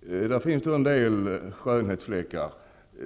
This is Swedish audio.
Det finns en del skönhetsfläckar.